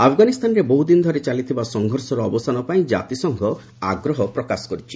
ଆଫଗାନିସ୍ଥାନରେ ବହୁଦିନ ଧରି ଚାଲିଥିବା ସଂଘର୍ଷର ଅବସାନ ପାଇଁ ଜାତିସଂଘ ଆଗ୍ରହ ପ୍ରକାଶ କରିଛି